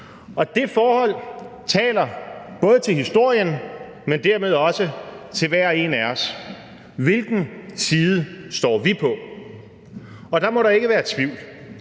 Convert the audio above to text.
Og det forhold taler både til historien, men dermed også til hver enkelt af os: Hvilken side står vi på? Og der må der ikke være tvivl,